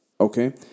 okay